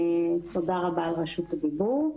תודה רבה על רשות הדיבור.